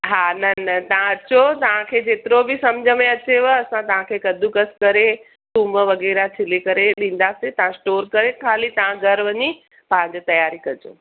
हा हा न न तव्हां अचो तव्हांखे जेतिरो बि समुझ में अचेव असां तव्हांखे कद्दुकस करे थुम वग़ैरह छिले करे ॾींदासीं तव्हां स्टोर करे ख़ाली तव्हां घर वञी पंहिंजी तयारी कजो